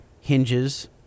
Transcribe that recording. hinges